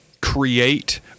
create